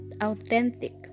authentic